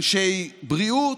אנשי בריאות,